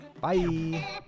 Bye